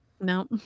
No